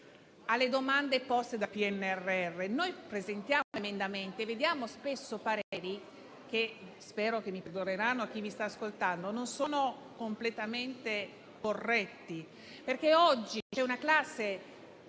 alle domande poste dal PNRR. Noi presentiamo emendamenti e ascoltiamo spesso pareri che - spero mi perdonerà chi mi sta ascoltando - non sono completamente corretti, perché oggi c'è una classe